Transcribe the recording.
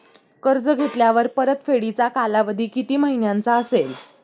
कर्ज घेतल्यावर परतफेडीचा कालावधी किती महिन्यांचा असेल?